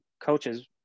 coaches